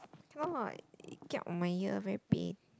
cannot it kiap my ear very pain